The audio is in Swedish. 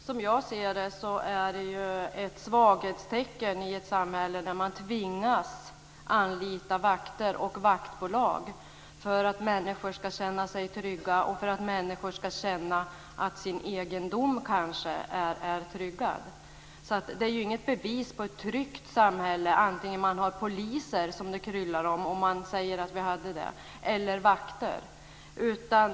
Fru talman! Det är ett svaghetstecken när man i ett samhälle tvingas anlita vakter och vaktbolag för att människor ska känna sig trygga och känna att deras egendom är tryggad. Det är inget bevis på ett tryggt samhälle att det kryllar av poliser - om det nu gjorde det - eller vakter.